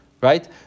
Right